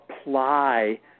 apply